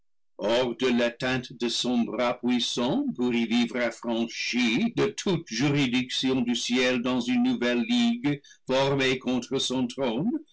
hors de l'atteinte de son bras puissant pour y vivre affranchis de toute juridic tion du ciel dans une nouvelle ligue formée contre son trône